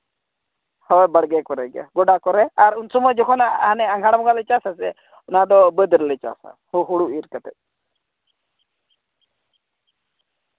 ᱦᱳᱭ ᱵᱟᱲᱜᱮ ᱠᱚᱨᱮ ᱜᱮ ᱜᱚᱰᱟ ᱠᱚᱨᱮ ᱟᱨ ᱩᱱ ᱥᱚᱢᱚᱭ ᱡᱚᱠᱷᱚᱱ ᱦᱟᱱᱮ ᱟᱸᱜᱷᱟᱬ ᱵᱚᱸᱜᱟ ᱞᱮ ᱪᱟᱥᱟ ᱥᱮ ᱚᱱᱟ ᱫᱚ ᱵᱟᱹᱫ ᱨᱮᱞᱮ ᱪᱟᱥᱟ ᱦᱳᱲᱳ ᱤᱨᱻ ᱠᱟᱛᱮᱫ